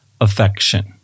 affection